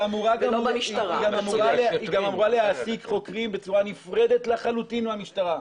והיא גם אמורה להעסיק חוקרים בצורה נפרדת לחלוטין מהמשטרה,